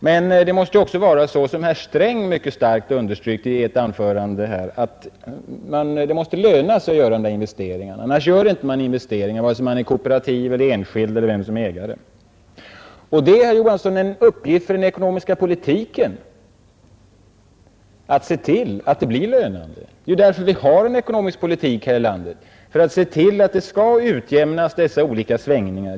Men det måste, som herr Sträng mycket kraftigt underströk i ett anförande i dag, löna sig att investera; annars gör man inga investeringar vare sig man är en kooperativ, en enskild eller någon annan företagare. Det är, herr Johansson, en uppgift för den ekonomiska politiken att se till att det blir lönande att investera. Anledningen till att vi har en ekonomisk politik här i landet är att vi skall kunna utjämna sådana här svängningar.